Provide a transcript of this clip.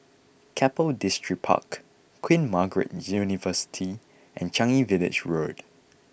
Keppel Distripark Queen Margaret University and Changi Village Road